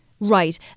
Right